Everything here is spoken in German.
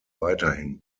weiterhin